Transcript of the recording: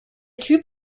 typ